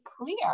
clear